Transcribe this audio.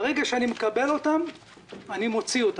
ברגע שאני מקבל את המספרים אני מוציא אותם.